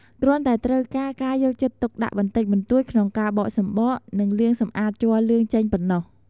គ្រាន់តែត្រូវការការយកចិត្តទុកដាក់បន្តិចបន្តួចក្នុងការបកសំបក និងលាងសម្អាតជ័រលឿងចេញប៉ុណ្ណោះ។